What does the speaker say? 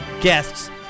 guests